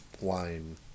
wine